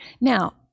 Now